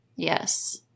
yes